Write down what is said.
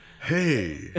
Hey